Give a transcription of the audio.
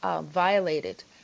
Violated